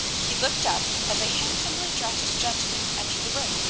he looked up as a handsomely dressed gentleman entered the room.